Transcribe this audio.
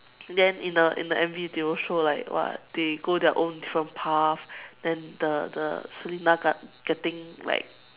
then in the in the M_V they will show like [what] they go their own different path then the the Selina got getting like